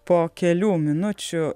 po kelių minučių